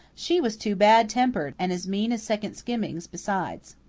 she was too bad-tempered, and as mean as second skimmings besides.